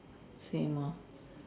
same lor